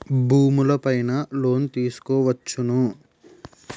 భూములు పైన లోన్ తీసుకోవచ్చును